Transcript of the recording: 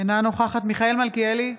אינה נוכחת מיכאל מלכיאלי,